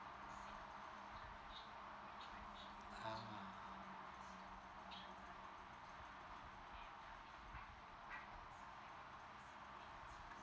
ah